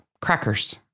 crackers